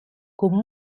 con